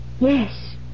Yes